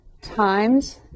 times